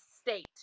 state